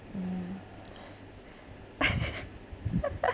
mm